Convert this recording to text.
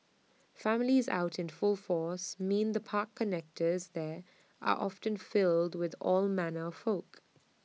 families out in full force mean the park connectors there are often filled with all manner of folk